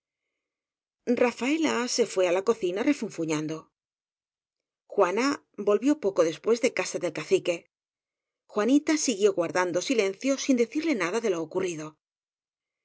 rafaela se fué á la cocina refunfuñando juana volvió poco después de casa del cacique juanita siguió guardando silencio sin decirle nada de lo ocurrido